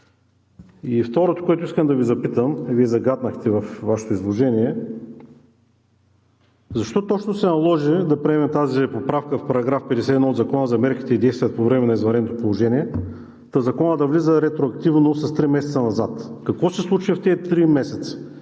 И второто, което искам да Ви запитам, и Вие загатнахте във Вашето изложение, защо точно се наложи да приемем тази поправка в § 51а от Закона за мерките и действията по време на извънредното положение, та Законът да влиза ретроактивно с три месеца назад? Какво се случи в тези три месеца?